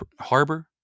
harbor